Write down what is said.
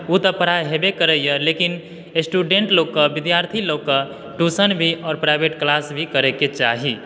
ओ तऽ पढाइ हेबे करैया लेकिन स्टुडेन्ट लोकके विद्यार्थी लोकके ट्यूशन भी आओर प्राइवेट क्लास भी करे के चाही